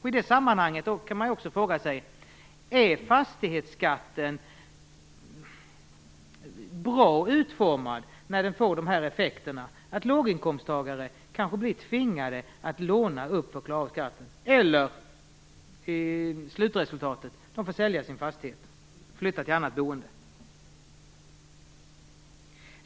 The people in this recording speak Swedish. I det sammanhanget kan man också fråga sig: Är fastighetsskatten bra utformad när den får sådana effekter att låginkomsttagare kan tvingas till att låna för att klara skatten eller tvingas till att till sist sälja sin fastighet och flytta till annat boende?